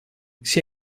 sia